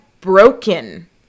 broken